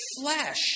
flesh